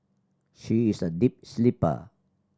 she is a deep sleeper